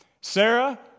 Sarah